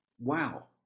Wow